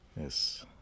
Yes